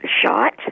shot